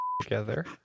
together